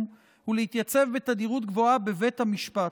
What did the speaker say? ולהתייצב בתדירות גבוהה בבית המשפט.